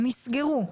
הם יסגרו,